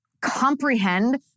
comprehend